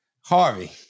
Harvey